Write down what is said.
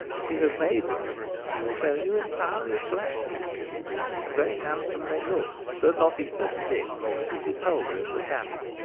she has made rugs, she will tell you, entirely of black cat skins, and very handsome they looked but not equal to this, which is wholly of the tabby.